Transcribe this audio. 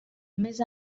més